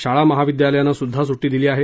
शाळा महाविद्यालयांना सुद्धा सुट्टी दिली आहे